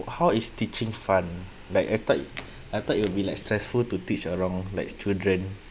how is teaching fun like I thought it I thought you will be like stressful to teach around like children